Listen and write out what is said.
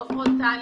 לא פרונטלי.